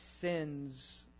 sins